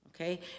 okay